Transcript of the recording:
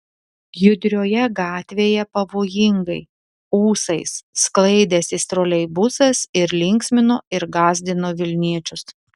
judrioje gatvėje pavojingai ūsais sklaidęsis troleibusas ir linksmino ir gąsdino vilniečius